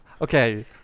okay